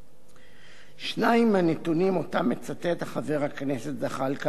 שניים מהנתונים שמצטט חבר הכנסת זחאלקה לגבי השירות